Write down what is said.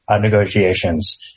negotiations